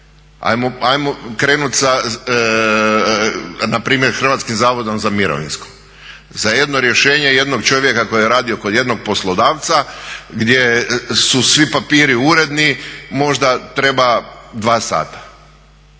Ajmo krenuti sa npr. HZMO, za jedno rješenje za jednog čovjeka koji je radio kod jednog poslodavca gdje su svi papiri uredni možda treba dva sata.